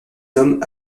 hommes